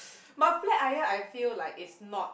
but flat iron I feel like is not